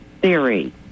theory